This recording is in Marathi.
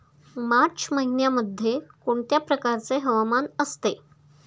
मार्च महिन्यामध्ये कोणत्या प्रकारचे हवामान असते?